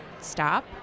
stop